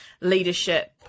leadership